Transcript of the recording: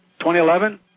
2011